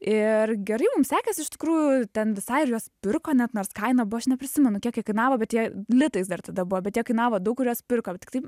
ir gerai mums sekėsi iš tikrųjų ten visai ir juos pirko net nors kaina buvo aš neprisimenu kiek jie kainavo bet jie litais dar tada buvo bet jie kainavo daug kuriuos pirko tai tai